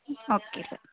okay sir